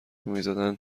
میزدن